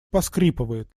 поскрипывает